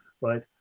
right